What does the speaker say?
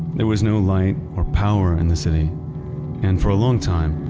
there was no light or power in the city and for a long time,